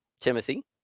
Timothy